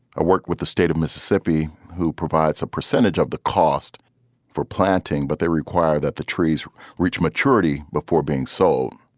i worked with the state of mississippi, who provides a percentage of the cost for planting, but they require that the trees reach maturity before being sold.